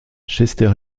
chester